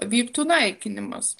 vyktų naikinimas